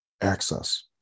access